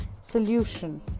solution